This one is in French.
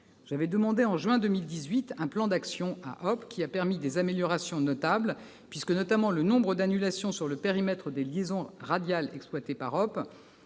J'avais demandé en juin 2018 un plan d'action à HOP !, qui a permis des améliorations notables. Le nombre d'annulations sur le périmètre des liaisons radiales exploitées par HOP